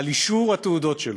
על אישור התעודות שלו.